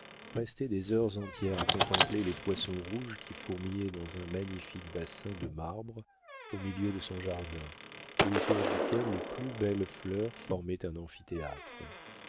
restait des heures entières à contempler les poissons rouges qui fourmillaient dans un magnifique bassin de marbre au milieu de son jardin et autour duquel les plus belles fleurs formaient un amphithéâtre